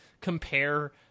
compare